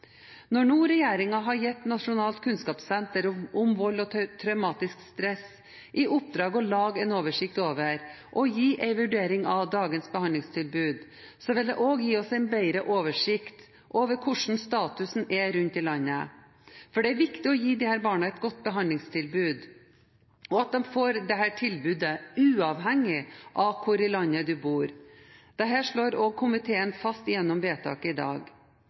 Når nå regjeringen har gitt Nasjonalt kunnskapssenter om vold og traumatisk stress i oppdrag å lage en oversikt over og å gi en vurdering av dagens behandlingstilbud, vil det også gi oss en bedre oversikt over hvordan statusen er rundt i landet. For det er viktig å gi disse barna et godt behandlingstilbud, og at de får dette tilbudet uavhengig av hvor i landet de bor. Dette slår også komiteen fast gjennom vedtaket i dag.